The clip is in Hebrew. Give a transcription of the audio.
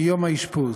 מיום האשפוז.